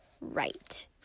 right